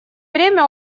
время